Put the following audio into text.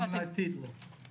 גם לא תהיה השפעה בעתיד?